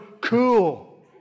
cool